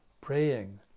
praying